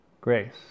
Grace